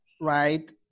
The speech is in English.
right